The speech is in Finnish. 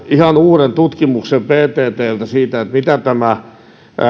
ihan uuden tutkimuksen vttltä siitä miten tämä